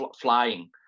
flying